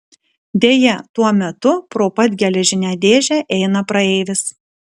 deja tuo metu pro pat geležinę dėžę eina praeivis